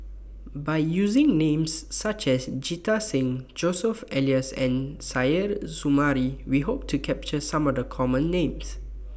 By using Names such as Jita Singh Joseph Elias and Suzairhe Sumari We Hope to capture Some of The Common Names